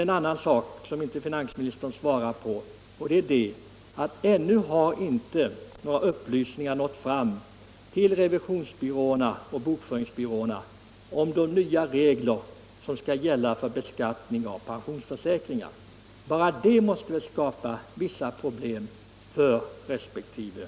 En annan sak, som finansministern inte berörde, är att ännu har inga upplysningar nått fram till revisionsbyråerna och bokföringsbyråerna rörande de nya regler som skall gälla för beskattning av pensionsförsäkringar. Bara det måste ju skapa vissa problem för resp. bryåer.